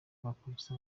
bakurikiza